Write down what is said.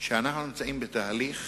שאנחנו בתהליך